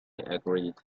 agreed